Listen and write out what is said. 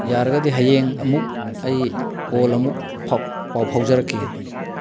ꯌꯥꯔꯒꯗꯤ ꯍꯌꯦꯡ ꯑꯃꯨꯛ ꯑꯩ ꯀꯣꯜ ꯑꯃꯨꯛ ꯄꯥꯎ ꯐꯥꯎꯖꯔꯛꯀꯦ